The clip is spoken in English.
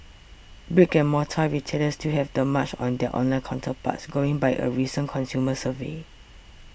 brick and mortar retailers still have the march on their online counterparts going by a recent consumer survey